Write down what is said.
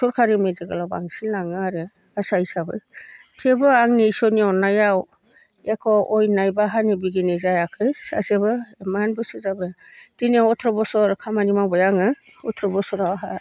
सरखारि मेडिकेलाव बांसिन लाङो आरो आसा हिसाबै थेवबो आंनि इसरनि अननायाव एख अयनाय एबा हानि बिगिनि जायाखै सासेबो इमान बोसोर जाबाय दिनै अथ्र' बोसोर खामानि मावबाय आङो अथ्र' बोसोर आहा